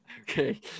okay